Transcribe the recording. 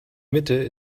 mitte